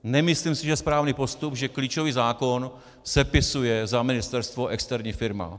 Nemyslím si, že je správný postup, že klíčový zákon sepisuje za ministerstvo externí firma.